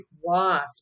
wasp